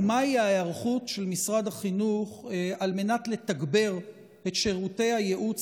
ומהי ההיערכות של משרד החינוך על מנת לתגבר את שירותי הייעוץ